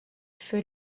feux